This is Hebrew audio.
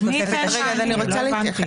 אני רוצה להתייחס.